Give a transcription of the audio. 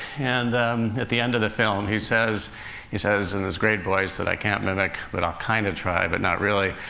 and at the end of the film, he says he says in this great voice that i can't mimic but i'll kind of try, but not really,